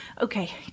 Okay